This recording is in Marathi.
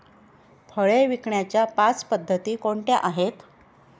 फळे विकण्याच्या पाच पद्धती कोणत्या आहेत?